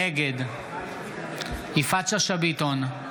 נגד יפעת שאשא ביטון,